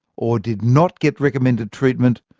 or did not get recommended treatment,